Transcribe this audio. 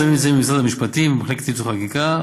הצווים נמצאים במשרד המשפטים במחלקת ייעוץ וחקיקה,